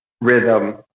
rhythm